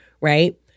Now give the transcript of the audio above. Right